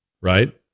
right